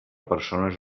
persones